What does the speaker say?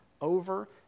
over